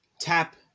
tap